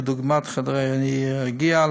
כדוגמת חדרי הרגיעה,